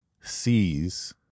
sees